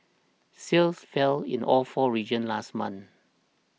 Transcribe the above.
sales fell in all four regions last month